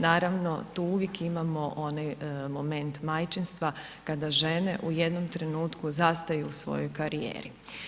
Naravno tu uvijek imamo onaj moment majčinstva kada žene u jednom trenutku zastaju u svojoj karijeri.